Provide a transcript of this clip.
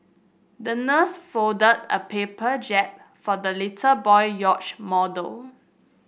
the nurse folded a paper jib for the little boy yacht model